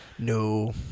No